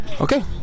Okay